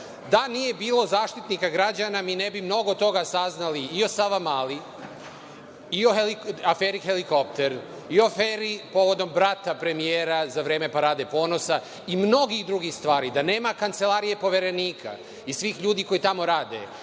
nije bilo Zaštitnika građana mi ne bi mnogo toga saznali i o Savamali, o aferi „Helikopter“ i o aferi povodom brata premijera za vreme Parade ponosa i o mnogim drugim stvarima. Da nema Kancelarija poverenika i svih ljudi koji tamo rade